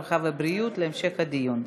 הרווחה והבריאות להמשך הדיון.